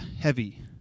heavy